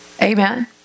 Amen